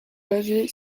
basée